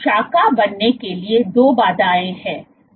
अब शाखा बनने के लिए दो बाधाएँ हैं